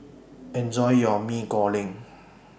Enjoy your Mee Goreng